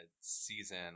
season